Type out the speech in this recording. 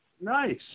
Nice